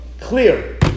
clear